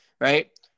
right